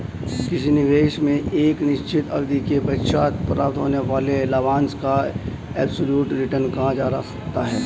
किसी निवेश में एक निश्चित अवधि के पश्चात प्राप्त होने वाले लाभांश को एब्सलूट रिटर्न कहा जा सकता है